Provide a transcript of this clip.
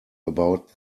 about